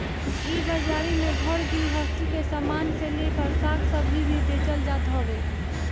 इ बाजारी में घर गृहस्ती के सामान से लेकर साग सब्जी भी बेचल जात हवे